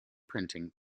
printing